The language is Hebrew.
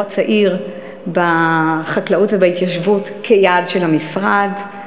הצעיר בחקלאות ובהתיישבות כיעד של המשרד,